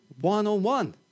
one-on-one